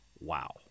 Wow